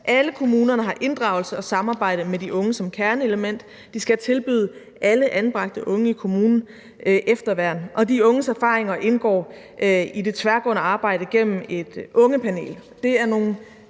Alle kommunerne har inddragelse og samarbejde med de unge som kerneelement. De skal tilbyde alle anbragte unge i kommunen efterværn, og de unges erfaringer indgår i det tværgående arbejde gennem et ungepanel.